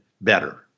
better